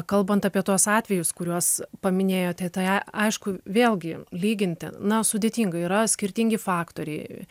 kalbant apie tuos atvejus kuriuos paminėjote tai aišku vėlgi lyginti na sudėtinga yra skirtingi faktoriai